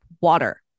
water